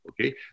okay